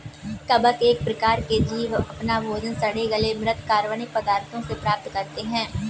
कवक एक प्रकार के जीव अपना भोजन सड़े गले म्रृत कार्बनिक पदार्थों से प्राप्त करते हैं